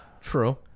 True